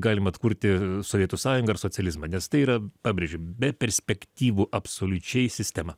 galima atkurti sovietų sąjungą ir socializmą nes tai yra pabrėžiu be perspektyvų absoliučiai sistema